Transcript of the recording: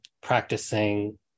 practicing